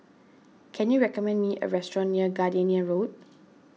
can you recommend me a restaurant near Gardenia Road